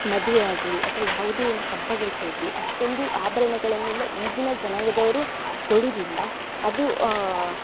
ಮದುವೆ ಆಗಲೀ ಅಥ್ವಾ ಯಾವುದೇ ಒಂದು ಹಬ್ಬಗಳಿಗೆ ಹೋಗಲಿ ಅಷ್ಟೊಂದು ಆಭರಣಗಳನ್ನೆಲ್ಲ ಈಗಿನ ಜನಾಂಗದವರು ತೊಡುವುದಿಲ್ಲ ಅದು